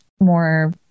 more